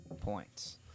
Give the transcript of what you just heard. points